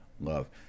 love